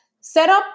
setup